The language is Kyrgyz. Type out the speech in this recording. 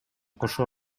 кошо